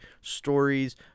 stories